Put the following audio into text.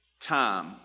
time